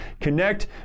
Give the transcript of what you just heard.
Connect